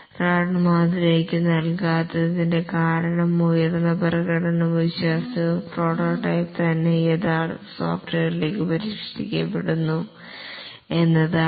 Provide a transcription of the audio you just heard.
RAD മാതൃകക്ക് നൽകാത്തതിന്റെ കാരണം ഉയർന്ന പ്രകടനമോ വിശ്വാസ്യതയോ പ്രോട്ടോടൈപ്പ് തന്നെ യഥാർത്ഥ സോഫ്റ്റ്വെയറിലേക്ക് പരിഷ്കരിക്കപ്പെടുന്നു എന്നതാണ്